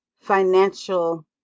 financial